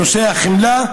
לנושא החמלה,